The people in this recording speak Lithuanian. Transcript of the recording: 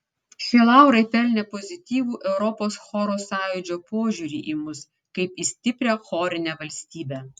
šie laurai pelnė pozityvų europos choro sąjūdžio požiūrį į mus kaip į stiprią chorinę valstybę